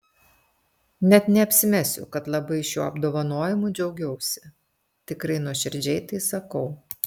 net neapsimesiu kad labai šiuo apdovanojimu džiaugiausi tikrai nuoširdžiai tai sakau